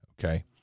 okay